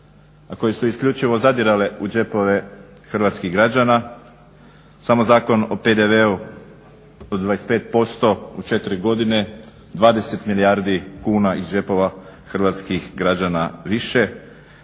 a koji su isključivo zadirali u džepove hrvatskih građana, samo Zakon o PDV-u od 25% u 4 godine 20 milijardi kuna iz džepova hrvatskih građana više.